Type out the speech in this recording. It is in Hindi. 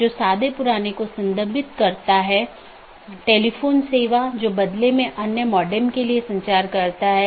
मीट्रिक पर कोई सार्वभौमिक सहमति नहीं है जिसका उपयोग बाहरी पथ का मूल्यांकन करने के लिए किया जा सकता है